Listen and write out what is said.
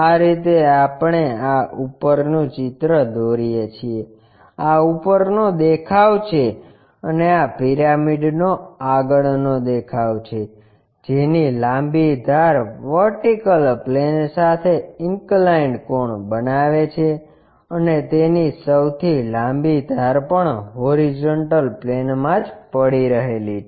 આ રીતે આપણે આ ઉપરનું ચિત્ર દોરીએ છીએ આ ઉપરનો દેખાવ છે અને આ પિરામિડનો આગળનો દેખાવ છે જેની લાંબી ધાર વર્ટિકલ પ્લેન સાથે ઇન્કલાઇન્ડ કોણ બનાવે છે અને તેની સૌથી લાંબી ધાર પણ હોરીઝોન્ટલ પ્લેનમાં જ પડી રહેલી છે